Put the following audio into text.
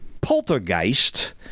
Poltergeist